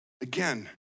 Again